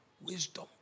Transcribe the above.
Wisdom